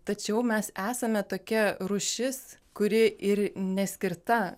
tačiau mes esame tokia rūšis kuri ir neskirta